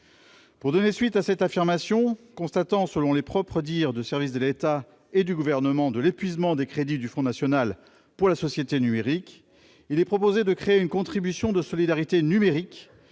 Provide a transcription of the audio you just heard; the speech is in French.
Pour donner suite à cette affirmation, constatant, selon les propres dires des services de l'État et du Gouvernement, l'épuisement des crédits du Fonds national pour la société numérique, le FSN, il est proposé de créer une contribution de solidarité numérique,